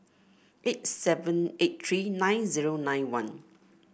eight seven eight three nine zero nine one